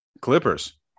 Clippers